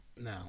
No